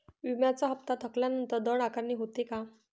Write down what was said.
विम्याचा हफ्ता थकल्यानंतर दंड आकारणी होते का?